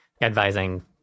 advising